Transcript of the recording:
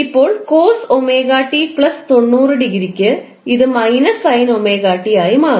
ഇപ്പോൾ cos 𝜔𝑡 90 ക്ക് ഇത് − sin 𝜔𝑡 ആയി മാറും